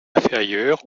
inférieure